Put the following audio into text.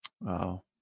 Wow